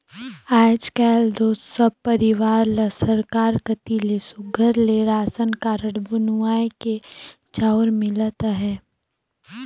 आएज काएल दो सब परिवार ल सरकार कती ले सुग्घर ले रासन कारड बनुवाए के चाँउर मिलत अहे